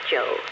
Joe